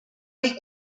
või